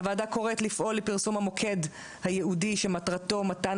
הוועדה קוראת לפעול לפרסום המוקד הייעודי שמטרתו מתן